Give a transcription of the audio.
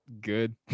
good